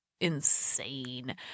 insane